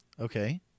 Okay